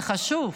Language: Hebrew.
זה חשוב.